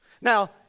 Now